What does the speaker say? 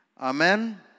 Amen